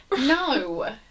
No